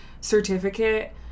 Certificate